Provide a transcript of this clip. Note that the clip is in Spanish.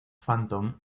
phantom